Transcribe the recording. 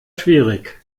schwierig